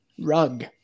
rug